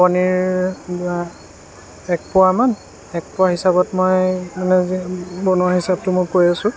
পনীৰ এক পোৱা মান এক পোৱা হিচাপত মই বনোৱা হিচাপটো কৈ আছোঁ